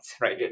right